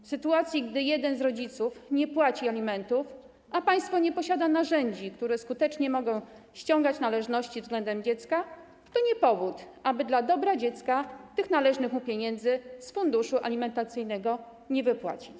W sytuacji, gdy jeden z rodziców nie płaci alimentów, a państwo nie posiada narzędzi, za pomocą których można skutecznie ściągać należności względem dziecka, nie ma powodu, aby dla dobra dziecka tych należnych mu pieniędzy z funduszu alimentacyjnego nie wypłacić.